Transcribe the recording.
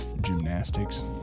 gymnastics